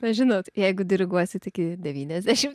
na žinot jeigu diriguosit iki devyniasdešim